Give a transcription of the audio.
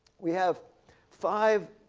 we have five